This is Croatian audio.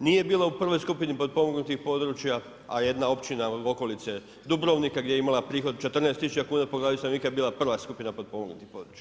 nije bila u prvoj skupini potpomognutih područja, a jedna općina iz okolice Dubrovnika gdje je imala prihod 14 000 kuna po glavi stanovnika je bila skupina potpomognutih područja.